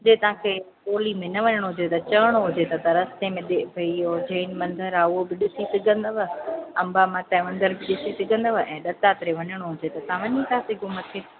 जीअं तव्हांखे ट्रॉली में न वञिणो हुजे चरणो हुजे त रस्ते में भाई इहो जैन मंदरु आहे उहो बि ॾिसी सघंदव अंबा माता जो मंदर बि ॾिसी सघंदव ऐं दत्तात्रेय वञिणो हुजे त तव्हां वञी था सघो मथे